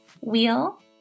wheel